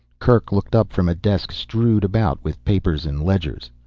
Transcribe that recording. kerk looked up from a desk strewed about with papers and ledgers.